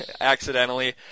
accidentally